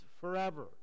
forever